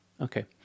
Okay